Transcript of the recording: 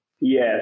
Yes